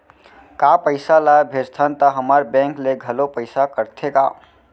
का पइसा ला भेजथन त हमर बैंक ले घलो पइसा कटथे का?